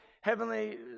heavenly